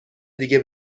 دیگه